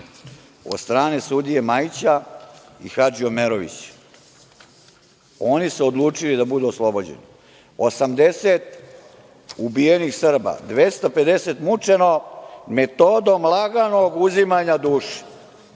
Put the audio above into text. od strane sudije Majića i Hadžiomerovića. Oni su odlučili da budu oslobođeni. Dakle, 80 ubijenih Srba, 250 mučeno metodom laganog uzimanja duše. Evo